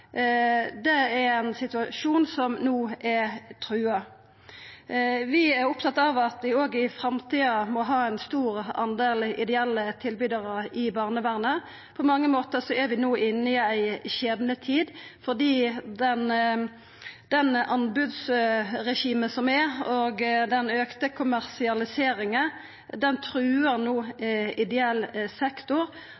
tilbydarar, er ein tradisjon som no er truga. Vi er opptatt av at vi òg i framtida må ha ein stor del private tilbydarar i barnevernet. På mange måtar er vi no inne i ei skjebnetid, fordi det anbodsregimet og den auka kommersialiseringa som er, trugar no